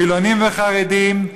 חילונים וחרדים,